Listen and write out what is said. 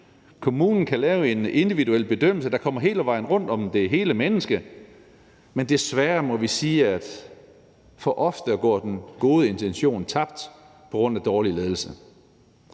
Kommunen kan lave en individuel bedømmelse, der kommer hele vejen rundt om det hele menneske, men vi må desværre sige, at den gode intention for ofte går tabt på grund af dårlig ledelse.